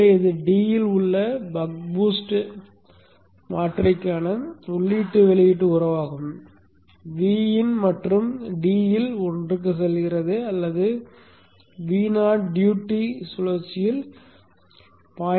எனவே இது d இல் உள்ள பக் பூஸ்ட் மாற்றிக்கான உள்ளீட்டு வெளியீட்டு உறவாகும் Vin மற்றும் d இல் 1 க்கு செல்கிறது அல்லது Vo ட்யூட்டி சுழற்சியில் 0